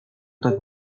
tak